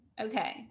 Okay